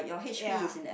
ya